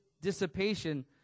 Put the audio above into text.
dissipation